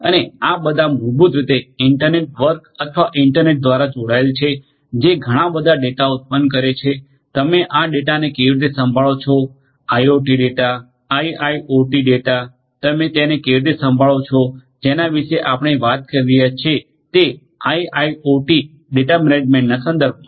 અને આ બધા મૂળભૂત રીતે ઇન્ટરનેટ વર્ક અથવા ઇન્ટરનેટ દ્વારા જોડાયેલ છે જે ઘણાં બધાં ડેટા ઉત્પન્ન કરે છે તમે આ ડેટાને કેવી રીતે સંભાળો છો આઇઓટી ડેટા આઇઆઇઓટી ડેટા તમે તેને કેવી રીતે સંભાળો છો જેના વિશે આપણે વાત કરી રહ્યા છીએ તે આઇઆઇઓટી ડેટા મેનેજમેન્ટ ના સંદર્ભમા